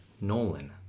Nolan